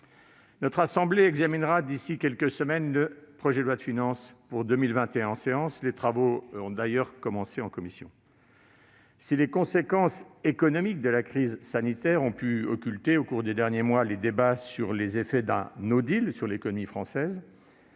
notre assemblée examinera en séance publique le projet de loi de finances pour 2021. Les travaux ont déjà commencé en commission. Si les conséquences économiques de la crise sanitaire ont pu occulter, au cours des derniers mois, les débats sur les effets d'un sur l'économie française,